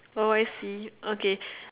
oh I see okay